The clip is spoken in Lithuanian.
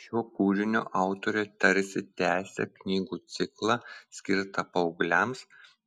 šiuo kūriniu autorė tarsi tęsia knygų ciklą skirtą paaugliams